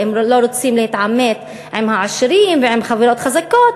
ואם לא רוצים להתעמת עם העשירים ועם חברות חזקות,